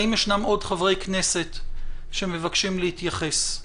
האם יש עוד חברי כנסת שמבקשים להתייחס?